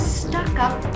stuck-up